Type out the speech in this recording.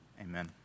amen